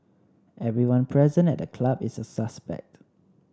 everyone present at the club is a suspect